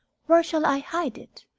where shall i hide it?